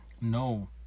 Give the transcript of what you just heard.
No